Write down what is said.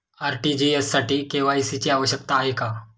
RTGS साठी KYC ची आवश्यकता आहे का?